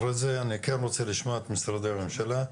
אחרי זה אני רוצה לשמוע את משרדי הממשלה,